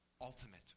ultimate